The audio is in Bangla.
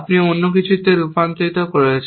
আপনি অন্য কিছুতে রূপান্তরিত করেছেন